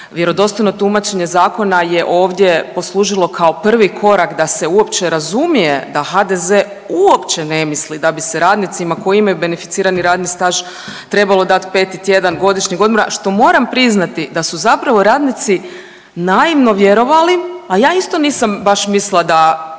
Vjerodostojno tumačenje zakona je ovdje poslužilo kao prvi korak da se uopće razumije da HDZ uopće ne misli da bi se radnicima koji imaju beneficirani radni staž trebalo dat peti tjedan godišnjeg odmora što moram priznati da su zapravo radnici naivno vjerovali, a ja isto nisam baš mislila da,